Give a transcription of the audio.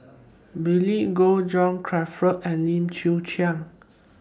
Billy Koh John Crawfurd and Lim Chwee Chian